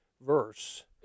verse